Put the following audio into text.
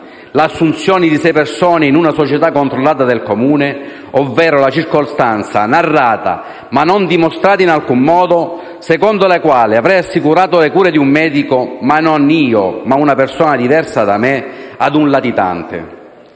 l'assunzione di sei persone in una società controllata del Comune, ovvero la circostanza, narrata ma non dimostrata in alcun modo, secondo la quale avrei assicurato le cure di un medico - non io, ma una persona diversa da me - a un latitante.